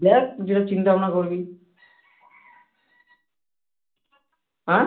দেখ যেটা চিন্তাভাবনা করবি অ্যাঁ